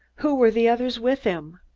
who were the others with him?